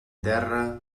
terra